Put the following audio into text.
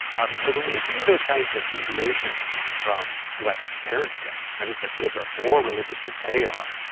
um so when we see those kinds of deviations from what parents say, that is the kids are more religious than they are,